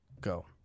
Go